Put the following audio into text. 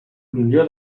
milió